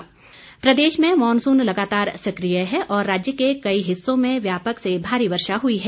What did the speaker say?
मौसम प्रदेश में मॉनसून लगातार सक्रिाय है और राज्य के कई हिस्सों में व्यापक से भारी वर्षा हई है